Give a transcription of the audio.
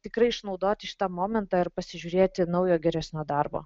tikrai išnaudoti šitą momentą ir pasižiūrėti naujo geresnio darbo